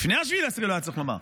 לפני 7 באוקטובר לא היה צורך לומר.